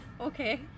okay